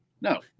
No